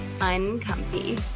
uncomfy